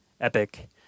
epic